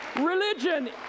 Religion